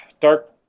Dark